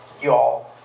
y'all